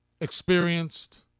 experienced